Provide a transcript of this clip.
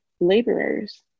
laborers